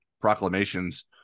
proclamations